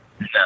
No